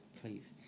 please